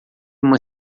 uma